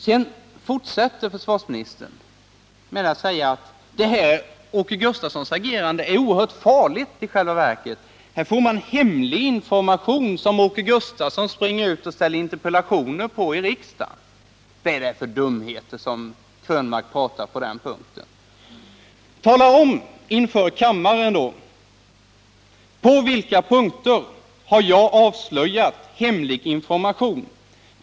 Sedan fortsätter herr Krönmark med att säga: Åke Gustavssons agerande är oerhört farligt i själva verket. Här får man hemlig information, som Åke Gustavsson springer ut och ställer interpellationer om i riksdagen! Vad är det för dumheter som herr Krönmark pratar på den punkten? Tala om inför kammaren: På vilka punkter har jag avslöjat hemlig information?